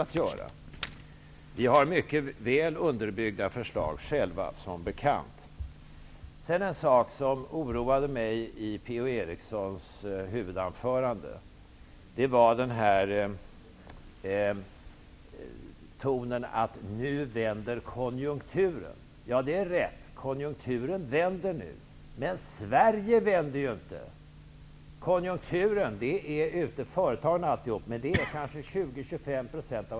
Vi har själva, som bekant, mycket väl underbyggda förslag. En sak som oroade mig i Per-Ola Erikssons huvudanförande var hans ton när han sade att ''nu vänder konjunkturen''. Ja, det är riktigt -- konjunkturen vänder nu. Men Sverige vänder inte konjunkturen. Det som sker ute i företagen är avgörande kanske till 20--25 %.